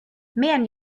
man